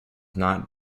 not